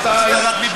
רבותי.